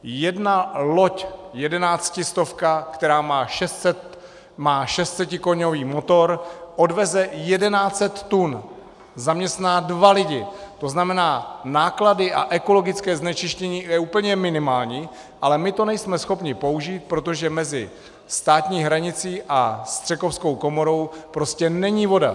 Jedna loď jedenáctistovka, která má 600koňový motor, odveze 1 100 tun, zaměstná dva lidi, to znamená náklady a ekologické znečištění je úplně minimální, ale my to nejsme schopni použít, protože mezi státní hranicí a Střekovskou komorou prostě není voda.